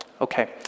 Okay